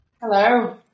Hello